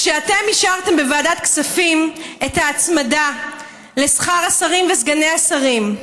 כשאתם אישרתם בוועדת כספים את ההצמדה לשכר השרים וסגני השרים,